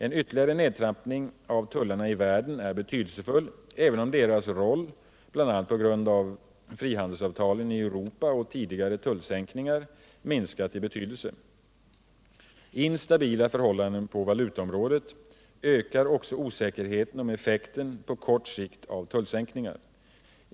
En ytterligare nedtrappning av tullarna i världen är betydelsefull, även om deras roll, bl.a. på grund av frihandelsavtalen i Europa och tidigare tullsänkningar, minskat i betydelse. Instabila förhållanden på valutaområdet ökar också osäkerheten om effekten på kort sikt av tullsänkningar.